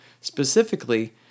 Specifically